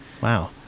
Wow